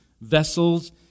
vessels